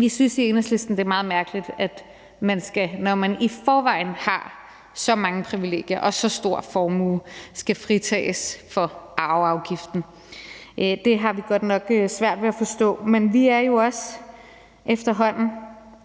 Vi synes i Enhedslisten, at det er meget mærkeligt, at man, når man i forvejen har så mange privilegier og så stor formue, skal fritages for arveafgiften. Det har vi godt nok svært ved at forstå, men vi er jo også efterhånden